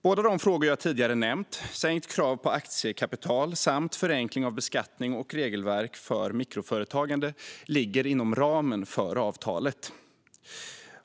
Båda de frågor jag tidigare nämnt - sänkt krav på aktiekapital samt förenkling av beskattning och regelverk för mikroföretagande - ligger inom ramen för avtalet.